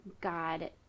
God